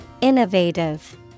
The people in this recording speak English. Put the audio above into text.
Innovative